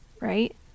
right